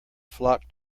flock